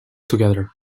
together